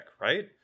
right